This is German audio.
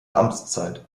amtszeit